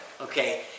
Okay